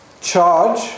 charge